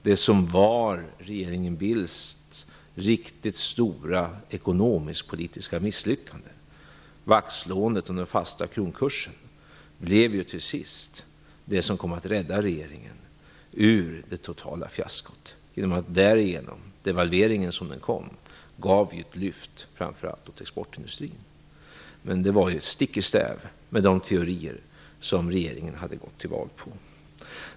Det som var regeringen Bildts riktigt stora ekonomisk-politiska misslyckande, dvs. vaktslåendet om den fasta kronkursen, blev till sist det som kom att rädda regeringen ur det totala fiaskot, genom att den devalvering som kom gav ett lyft åt framför allt exportindustrin. Men det var stick i stäv med de teorier som regeringen hade gått till val på.